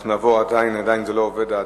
ההצבעה האלקטרונית עדיין לא עובדת.